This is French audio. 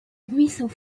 ruisseaux